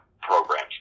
programs